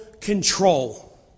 control